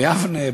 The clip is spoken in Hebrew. ביבנה,